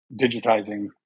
digitizing